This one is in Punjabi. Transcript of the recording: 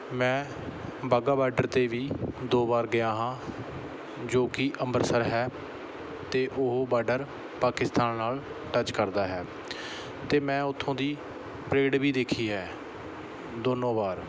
ਮੈਂ ਵਾਹਗਾ ਬਾਰਡਰ 'ਤੇ ਵੀ ਦੋ ਵਾਰ ਗਿਆ ਹਾਂ ਜੋ ਕਿ ਅੰਮ੍ਰਿਤਸਰ ਹੈ ਅਤੇ ਉਹ ਬਾਰਡਰ ਪਾਕਿਸਤਾਨ ਨਾਲ ਟੱਚ ਕਰਦਾ ਹੈ ਅਤੇ ਮੈਂ ਉੱਥੋਂ ਦੀ ਪਰੇਡ ਵੀ ਦੇਖੀ ਹੈ ਦੋਨੋਂ ਵਾਰ